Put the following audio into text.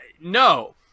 no